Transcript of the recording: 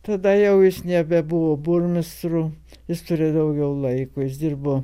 tada jau jis nebebuvo burmistru jis turėjo daugiau laiko jis dirbo